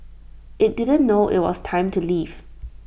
IT didn't know IT was time to leave